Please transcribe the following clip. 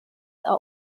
are